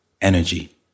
energy